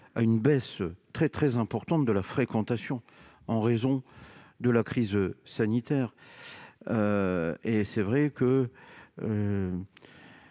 à une baisse très importante de la fréquentation en raison de la crise sanitaire. Je souscris